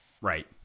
Right